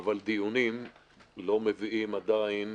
אבל דיונים לא מביאים עדיין